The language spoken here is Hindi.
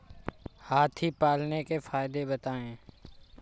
हाथी पालने के फायदे बताए?